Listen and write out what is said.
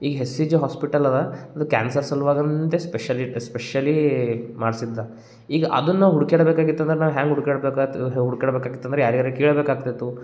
ಈ H C G hospital ಅದ ಅದು ಕ್ಯಾನ್ಸರ್ ಸಲುವಾಗಂದೇ ಸ್ಪೆಷಲಿ ಎಸ್ಪೆಷಲೀ ಮಾಡ್ಸಿದ್ದು ಈಗ ಅದನ್ನು ಹುಡ್ಕ್ಯಾಡಬೇಕಾಗಿತ್ತು ಅಂದ್ರೆ ನಾವು ಹೆಂಗೆ ಹುಡುಕಾಡ್ಬೇಕಾತು ಹುಡ್ಕಾಡ್ಬೇಕಾಕಿತ್ತು ಅಂದ್ರೆ ಯಾರಿಗಾರೆ ಕೇಳ್ಬೇಕಾಗ್ತಿತ್ತು